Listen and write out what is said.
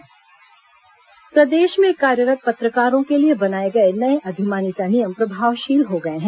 पत्रकार अधिमान्यता प्रदेश में कार्यरत् पत्रकारों के लिए बनाए गए नये अधिमान्यता नियम प्रभावशील हो गए हैं